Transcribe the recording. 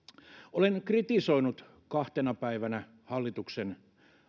olen kritisoinut kahtena päivänä hallituksen